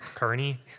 Kearney